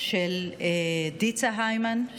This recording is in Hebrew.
של ניצה הימן,